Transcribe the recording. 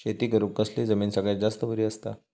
शेती करुक कसली जमीन सगळ्यात जास्त बरी असता?